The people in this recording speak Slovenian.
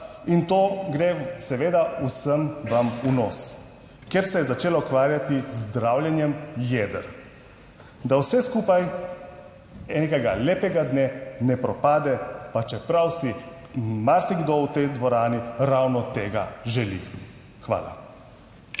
in to gre seveda vsem vam v nos, ker se je začela ukvarjati z zdravljenjem jeder. Da vse skupaj nekega lepega dne ne propade, pa čeprav si marsikdo v tej dvorani ravno tega želi. Hvala.